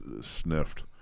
sniffed